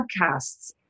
podcasts